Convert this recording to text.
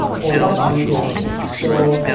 for that, i need capital. so,